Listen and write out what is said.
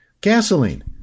Gasoline